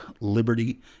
liberty